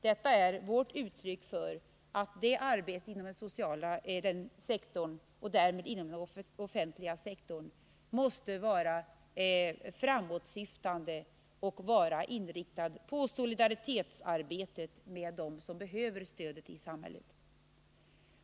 Detta är vårt uttryck för att det arbetet i den sociala sektorn inom den offentliga sektorn måste vara framåtsyftande och inriktat på solidaritet med dem som behöver stöd i samhället.